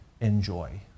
enjoy